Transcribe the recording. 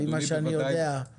לפי מה שאני יודע,